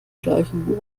gleichen